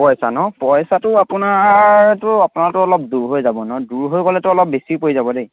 পইচা ন পইচাটো আপোনাৰতো আপোনাৰতো অলপ দূৰ হৈ যাব ন দূৰ হৈ গ'লেতো অলপ বেছি পৰি যাব দেই